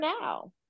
now